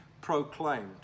proclaimed